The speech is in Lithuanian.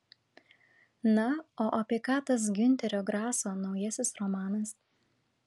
na o apie ką tas giunterio graso naujasis romanas